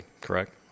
correct